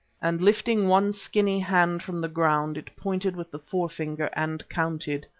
and lifting one skinny hand from the ground, it pointed with the forefinger and counted.